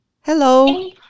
Hello